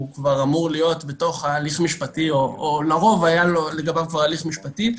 כבר אמור להיות בתוך ההליך המשפטי או לרוב היה לגביו כבר הליך משפטי,